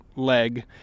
leg